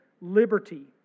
liberty